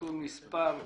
(תיקון מס'...),